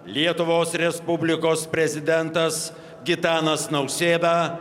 lietuvos respublikos prezidentas gitanas nausėda